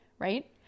right